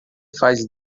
faz